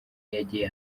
yagiye